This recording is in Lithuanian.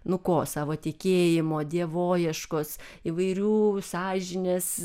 nu ko savo tikėjimo dievoieškos įvairių sąžinės